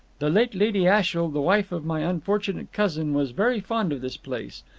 the late lady ashiel, the wife of my unfortunate cousin, was very fond of this place.